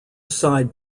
side